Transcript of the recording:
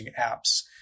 apps